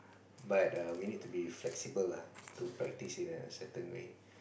but err we need to be flexible ah to practice in a certain way